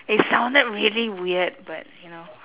it sounded really weird but you know